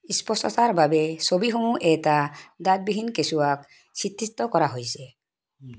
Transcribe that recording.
স্পষ্টতাৰ বাবে ছবিসমূহত এটা দাঁতবিহীন কেঁচুৱাক চিত্ৰিত কৰা হৈছে